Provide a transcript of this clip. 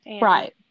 Right